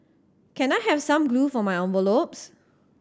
can I have some glue for my envelopes